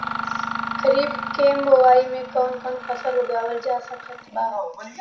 खरीब के बोआई मे कौन कौन फसल उगावाल जा सकत बा?